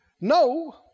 No